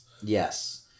Yes